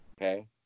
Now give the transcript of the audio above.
Okay